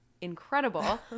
incredible